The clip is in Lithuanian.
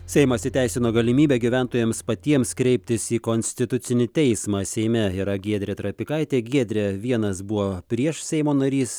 seimas įteisino galimybę gyventojams patiems kreiptis į konstitucinį teismą seime yra giedrė trapikaitė giedre vienas buvo prieš seimo narys